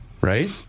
Right